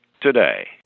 today